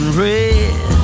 red